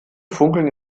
funkeln